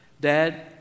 Dad